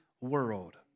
world